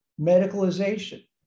medicalization